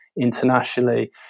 internationally